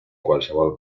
qualsevol